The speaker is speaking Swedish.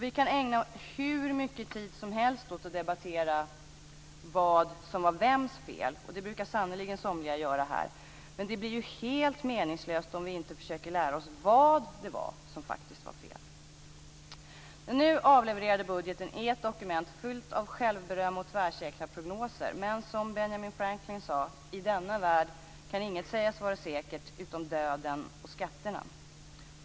Vi kan ägna hur mycket tid som helst åt att debattera vad som var vems fel. Det brukar sannerligen somliga göra här. Men det blir ju helt meningslöst om vi inte försöker lära oss vad det var som faktiskt var fel. Den nu avlevererade budgeten är ett dokument fyllt av självberöm och tvärsäkra prognoser. Men, som Benjamin Franklin sade, i denna värld kan inget sägas vara säkert utom döden och skatterna.